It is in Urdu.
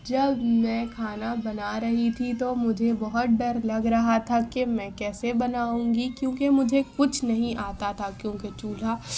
جب میں کھانا بنا رہی تھی تو مجھے بہت ڈر لگ رہا تھا كہ میں كیسے بناؤں گی كیوں كہ مجھے كچھ نہیں آتا تھا کیوں کہ چولہا